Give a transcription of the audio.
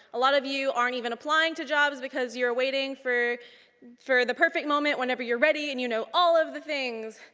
a lot of you aren't even applying to jobs because you're waiting for for the perfect moment whenever you're ready and you know all of the things.